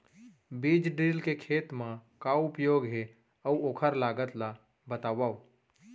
बीज ड्रिल के खेत मा का उपयोग हे, अऊ ओखर लागत ला बतावव?